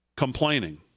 Complaining